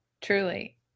truly